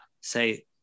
say